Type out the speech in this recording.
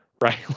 Right